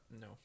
No